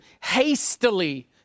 hastily